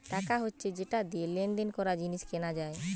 টাকা হচ্ছে যেটা দিয়ে লেনদেন করা, জিনিস কেনা যায়